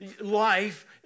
life